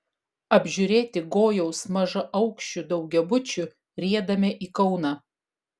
apžiūrėti gojaus mažaaukščių daugiabučių riedame į kauną